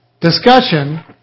discussion